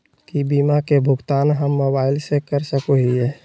की बीमा के भुगतान हम मोबाइल से कर सको हियै?